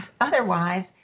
otherwise